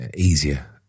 easier